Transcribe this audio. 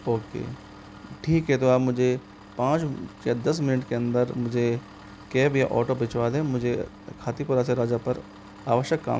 okay ठीक है तो आप मुझे पाँच या दस मिनट के अंदर मुझे कैब या ऑटो भिजवा दे मुझे खातीपुरा से राजा पार्क आवश्यक काम के लिए अर्जेंट जाना है